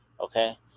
Okay